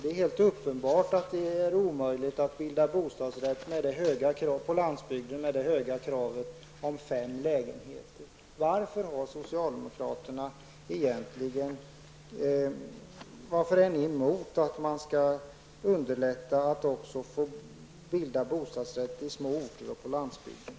Det är helt uppenbart att det är omöjligt att bilda bostadsrättsförening på landsbygden med det höga kravet på fem lägenheter. Varför är socialdemokraterna emot att underlätta för människor att bilda bostadsrättsförening i små orter och på landsbygden?